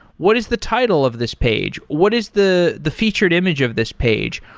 what is the title of this page? what is the the featured image of this page?